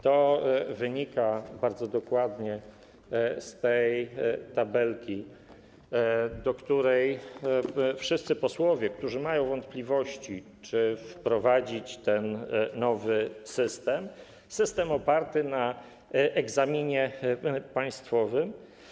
To wynika bardzo dokładnie z tej tabelki, do której odsyłam wszystkich posłów, którzy mają wątpliwości, czy wprowadzić ten nowy system, system oparty na egzaminie państwowym.